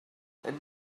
and